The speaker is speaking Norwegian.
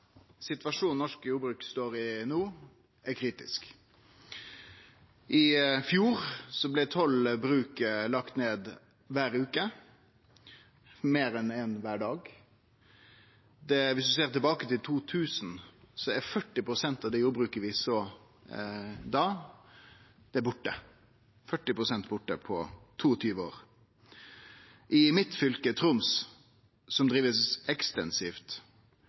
situasjonen norsk jordbruk står i no, er kritisk. I fjor blei tolv bruk lagde ned kvar veke – meir enn eitt kvar dag. Viss ein ser tilbake til år 2000, er 40 pst. av det jordbruket vi hadde da, borte. 40 pst. er borte på 22 år. I mitt fylke, Troms – der det blir drive ekstensivt,